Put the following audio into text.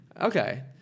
Okay